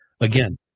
Again